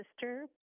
sister